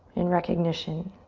in recognition.